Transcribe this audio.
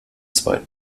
zwei